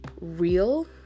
real